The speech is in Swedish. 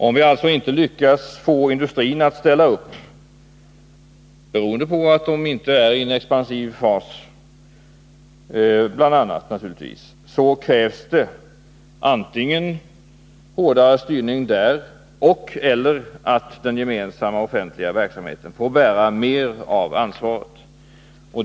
Om vi alltså inte lyckas få industrin att ställa upp, beroende bl.a. på att man inte befinner sig i en expansiv fas, så krävs det antingen hårdare styrning där och/eller att den offentliga verksamheten får bära mer av ansvaret.